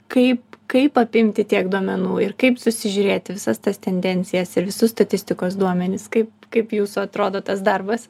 kaip kaip apimti tiek duomenų ir kaip susižiūrėti visas tas tendencijas ir visus statistikos duomenis kaip kaip jūsų atrodo tas darbas